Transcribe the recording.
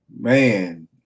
man